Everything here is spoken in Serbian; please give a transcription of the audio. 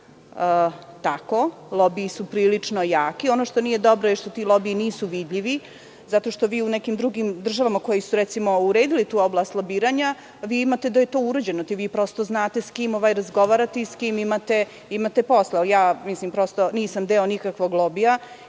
tako, lobiji su prilično jaki. Ono što nije dobro je što ti lobiji nisu vidljivi, zato što vi u nekim drugim državama koje su recimo uredile tu oblast lobiranja, vi imate da je to uređeno i prosto znate sa kim razgovarate i sa kim imate posla. Ja nisam deo nikakvog lobija